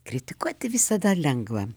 kritikuoti visada lengva